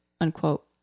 unquote